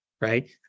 right